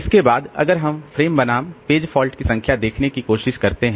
इसके बाद अगर हम फ्रेम बनाम पेज फॉल्ट की संख्या देखने की कोशिश करते हैं